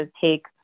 take